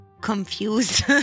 confused